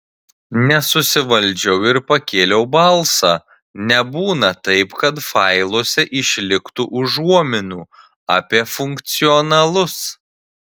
nesusivaldžiau ir pakėliau balsą nebūna taip kad failuose išliktų užuominų apie funkcionalus